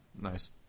Nice